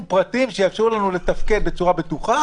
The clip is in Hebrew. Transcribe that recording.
פרטים שיאפשרו לנו לתפקד בצורה בטוחה